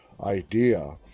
idea